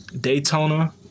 Daytona